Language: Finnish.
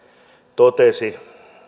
totesi